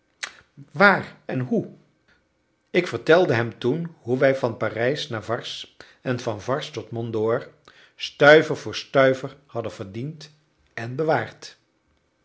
waar en hoe ik vertelde hem toen hoe wij van parijs naar varses en van varses tot mont dore stuiver voor stuiver hadden verdiend en bewaard